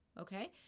okay